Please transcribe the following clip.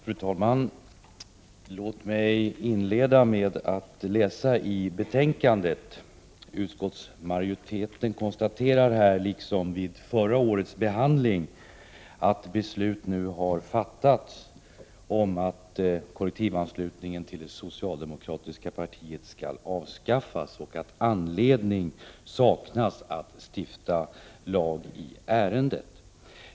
Fru talman! Låt mig inleda med några fritt återgivna ord ur betänkandet. Utskottsmajoriteten konstaterar här, liksom vid förra årets behandling, att beslut nu har fattats om att kollektivanslutningen till det socialdemokratiska partiet skall avskaffas och att anledning saknas att stifta lag i ärendet.